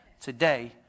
today